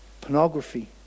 pornography